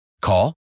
Call